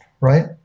right